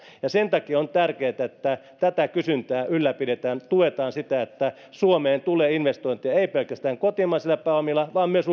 ja sen takia on tärkeätä että tätä kysyntää ylläpidetään ja tuetaan sitä että suomeen tulee investointeja ei pelkästään kotimaisilla pääomilla vaan myös